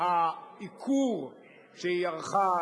העיקור שהיא ערכה,